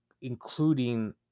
including